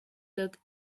look